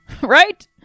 right